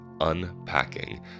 unpacking